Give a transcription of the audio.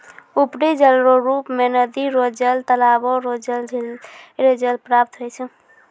उपरी जलरो रुप मे नदी रो जल, तालाबो रो जल, झिल रो जल प्राप्त होय छै